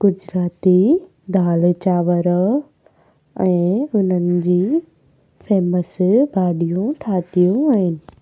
गुजराती दालि चांवर ऐं उन्हनि जी फैमस भाॼियूं ठाहियूं आहिनि